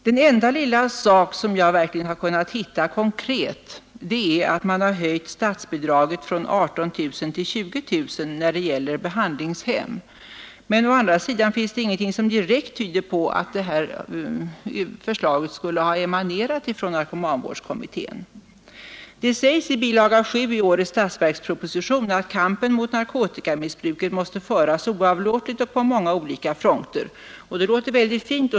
Den enda lilla sak som jag verkligen har kunnat hitta konkret är att man har höjt statsbidraget från 18 000 till 20 000 kronor när det gäller behandlingshem. Men å andra sidan finns det inget som direkt tyder på att det förslaget emanerar från narkomanvårdskommittén. Det sägs i bilaga 7 till årets statsverksproposition: ”Kampen mot narkotikamissbruket måste föras oavlåtligt och på många olika fronter.” Det låter väldigt fint.